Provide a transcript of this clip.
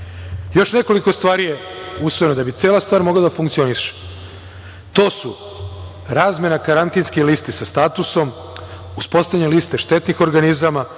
nekoliko stvari je usvojena da bi cela stvar mogla da funkcioniše. To su razmena karantinske liste sa statusom, uspostavljanje liste štetnih organizama,